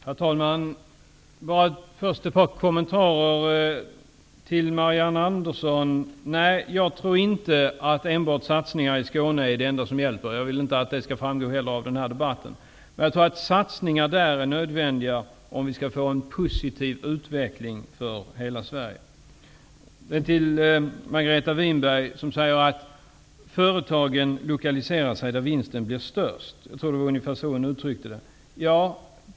Herr talman! Jag vill först göra ett par kommentarer till det Marianne Andersson sade. Nej, jag tror inte att enbart satsningar i Skåne är det enda som hjälper. Jag vill inte att det skall framgå av denna debatt. Men jag tror att satsningar där är nödvändiga om vi skall få en positiv utveckling för hela Sverige. Margareta Winberg säger att företagen lokaliserars där vinsten bli störst. Jag tror att det var ungefär så hon uttryckte det.